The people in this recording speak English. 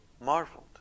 marveled